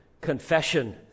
confession